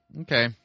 Okay